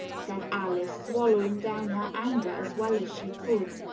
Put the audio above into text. said alice, swallowing down her anger as well as she could.